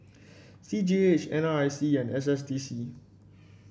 C G H N R C E and S S D C